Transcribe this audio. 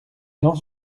dans